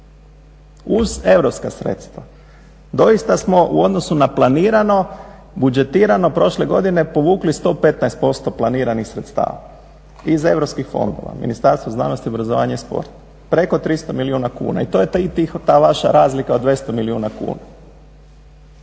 Uz europska sredstva doista smo u odnosu na planirano budžetirano prošle godine povukli 115% planiranih sredstava iz europskih fondova Ministarstvo znanosti, obrazovanja i sporta, preko 300 milijuna kuna. I to je ta vaša razlika od 200 milijuna kuna.